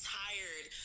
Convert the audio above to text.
tired